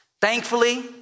Thankfully